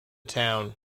town